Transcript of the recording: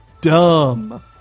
dumb